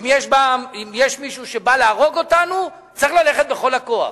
אם יש מישהו שבא להרוג אותנו, צריך ללכת בכל הכוח.